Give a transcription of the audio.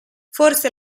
forse